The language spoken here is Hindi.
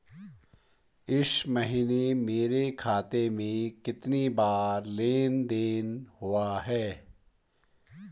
इस महीने मेरे खाते में कितनी बार लेन लेन देन हुआ है?